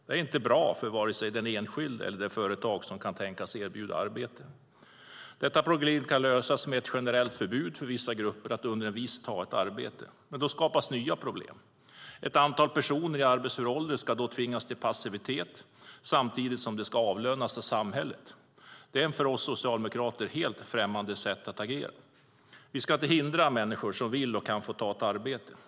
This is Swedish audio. Det är inte bra för vare sig den enskilde eller det företag som kan tänkas erbjuda arbete. Detta problem kan lösas med ett generellt förbud för vissa grupper att under en viss tid ta ett arbete. Men då skapas nya problem. Ett antal personer i arbetsför ålder ska då tvingas till passivitet samtidigt som de ska avlönas av samhället. Det är ett för oss socialdemokrater helt främmande sätt att agera. Vi ska inte hindra människor som vill arbeta och kan få ett arbete.